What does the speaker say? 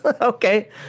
Okay